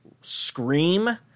scream